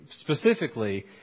specifically